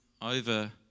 over